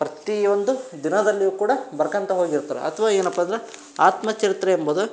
ಪ್ರತಿ ಒಂದು ದಿನದಲ್ಲಿಯೂ ಕೂಡ ಬರ್ಕೋತ ಹೋಗಿರ್ತಾರ ಅಥ್ವಾ ಏನಪ್ಪ ಅಂದ್ರೆ ಆತ್ಮಚರಿತ್ರೆ ಎಂಬುದು